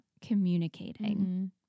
communicating